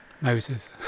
Moses